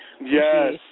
Yes